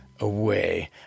Away